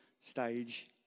stage